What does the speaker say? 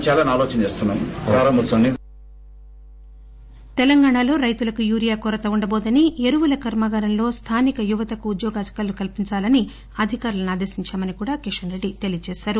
byte Kishan Reddy తెలంగాణలో రైతులకు urea కొరత ఉండబోదని ఎరువుల కర్మాగారంలో స్థానిక యువతకు ఉద్యోగ అవకాశాలు కల్పించాలని అదికారులను ఆదేశించమని కూడా కిషన్ రెడ్డి తెలిపారు